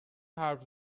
حرف